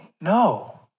No